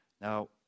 Now